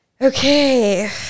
okay